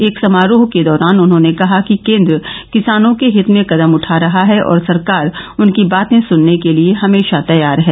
एक समारोह के दौरान उन्होंने कहा कि केन्द्र किसानों के हित में कदम उठा रहा है और सरकार उनकी बातें सुनने के लिए हमेशा तैयार है